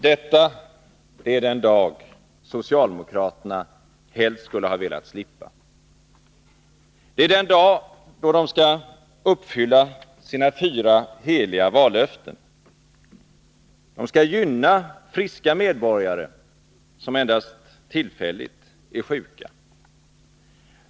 Herr talman! Detta är den dag socialdemokraterna helst skulle ha velat slippa. Det är den dag då de skall uppfylla sina fyra heliga vallöften. De skall gynna friska medborgare som endast tillfälligt är sjuka.